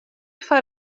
foar